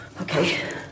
Okay